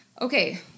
Okay